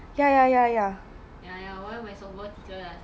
ya ah how is he ah you still talk to him or not